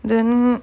then